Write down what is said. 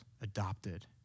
adopted